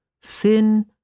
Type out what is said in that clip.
sin